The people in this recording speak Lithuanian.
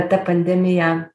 ta pandemija